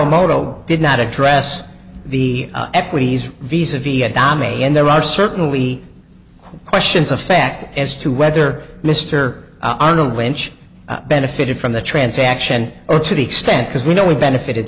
komodo did not address the equities or visa vietnamese and there are certainly questions of fact as to whether mr arnold lynch benefited from the transaction or to the extent because we know we benefited